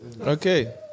Okay